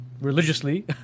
Religiously